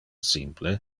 simple